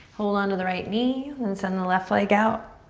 hold on to the right knee and send the left leg out.